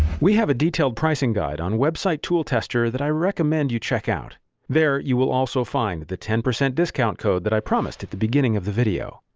we have a detailed pricing guide on websitetooltester that i recommend you check out there you will also find the ten percent discount code that i promised at the beginning of the video.